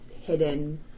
hidden